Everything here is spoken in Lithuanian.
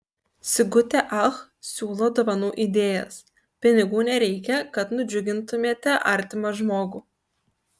sigutė ach siūlo dovanų idėjas pinigų nereikia kad nudžiugintumėte artimą žmogų